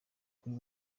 kuri